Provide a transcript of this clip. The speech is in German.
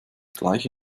gleiche